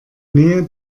nähe